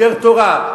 יותר תורה,